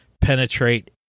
penetrate